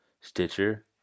Stitcher